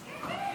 טאהא.